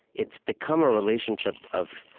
it's become a relationship of